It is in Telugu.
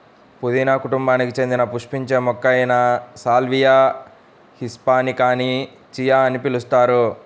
పుదీనా కుటుంబానికి చెందిన పుష్పించే మొక్క అయిన సాల్వియా హిస్పానికాని చియా అని పిలుస్తారు